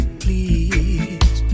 please